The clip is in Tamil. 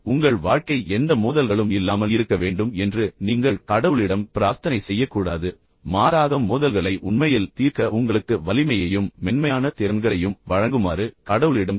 உங்கள் வாழ்க்கை எந்த மோதல்களும் இல்லாமல் இருக்க வேண்டும் என்று நீங்கள் கடவுளிடம் பிரார்த்தனை செய்யக்கூடாது என்றும் நான் உங்களுக்குச் சொன்னேன் மாறாக மோதல்களை உண்மையில் தீர்க்க உங்களுக்கு வலிமையையும் மென்மையான திறன்களையும் வழங்குமாறு கடவுளிடம் கேட்க வேண்டும்